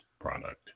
product